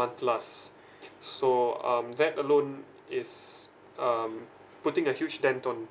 month lasts so um that alone is um putting a huge dent on